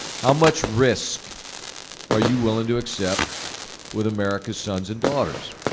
how much risk are you willing to accept with american sons and daughters?